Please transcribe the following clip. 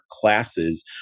classes